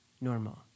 normal